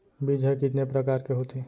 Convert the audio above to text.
बीज ह कितने प्रकार के होथे?